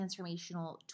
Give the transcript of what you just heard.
transformational